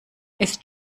ist